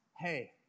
hey